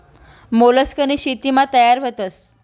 मोलस्कनी शेतीमा तयार व्हतस